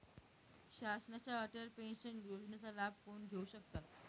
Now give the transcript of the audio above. शासनाच्या अटल पेन्शन योजनेचा लाभ कोण घेऊ शकतात?